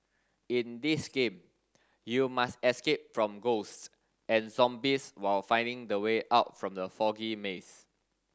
in this game you must escape from ghosts and zombies while finding the way out from the foggy maze